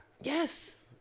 Yes